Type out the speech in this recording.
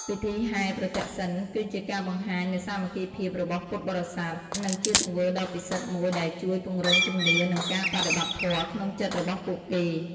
ពិធីហែរប្រទក្សិណ គឺជាការបង្ហាញនូវសាមគ្គីភាពរបស់ពុទ្ធបរិស័ទ និងជាទង្វើដ៏ពិសិដ្ឋមួយដែលជួយពង្រឹងជំនឿ និងការបដិបត្តិធម៌ក្នុងចិត្តរបស់ពួកគេ។